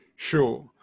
Sure